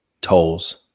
Tolls